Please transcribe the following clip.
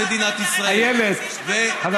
וכל